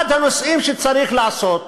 אחד הנושאים שצריך לעשות